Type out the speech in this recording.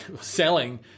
Selling